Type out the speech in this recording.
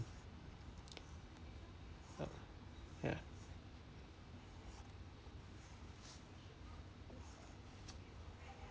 ya